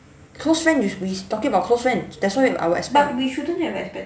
close friend which we talking about close friend that's why our expect~